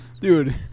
dude